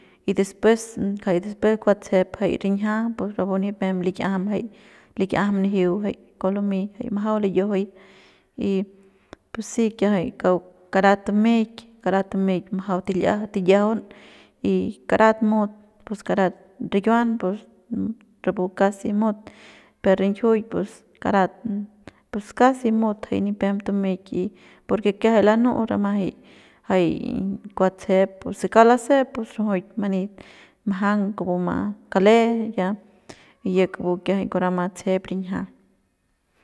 Y después kjai después kua tsejep jay rinjia pus rapu nipem lik'iajam jay lik'iajam njiu jay kua lumey majau liyajaui y pus si kiajay kauk karat tumeik karat tumeik majau til'iajau tiyajaun y karat mut pus karat rikiuan pus rapu casi mut pe rinjiuk pus karat pus kasi mut nipem tumeik y porque kiajay lanu'u jay kua tsejep pu se lasep pus rajuik mani mjang kupuma kale ya y kupu kiajay kua rama tsejep rinjia.